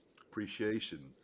Appreciation